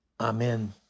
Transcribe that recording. Amen